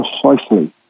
precisely